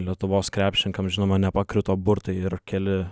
lietuvos krepšininkams žinoma nepakrito burtai ir keli